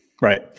Right